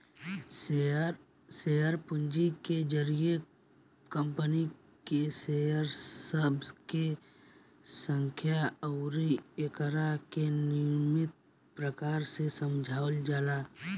share पूंजी के जरिए कंपनी के शेयर सब के संख्या अउरी एकरा के निमन प्रकार से समझावल जाला